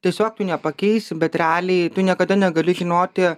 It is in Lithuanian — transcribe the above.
tiesiog tu nepakeisi bet realiai tu niekada negali žinoti